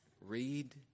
Read